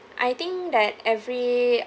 I think that every